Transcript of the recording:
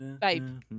Babe